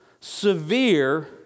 severe